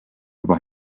juba